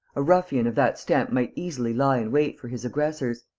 a ruffian of that stamp might easily lie in wait for his aggressors,